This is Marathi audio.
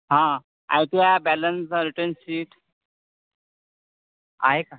हा आय तुया बॅलन्स आर्टन शीट आहे का